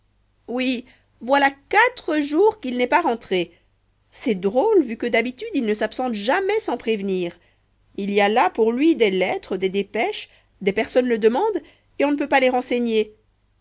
oui voilà quatre jours qu'il n'est pas rentré c'est drôle vu que d'habitude il ne s'absente jamais sans prévenir il y a là pour lui des lettres des dépêches des personnes le demandent et on ne peut pas les renseigner